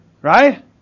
Right